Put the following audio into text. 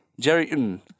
Jerry